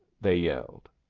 they yelled.